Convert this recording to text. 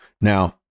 Now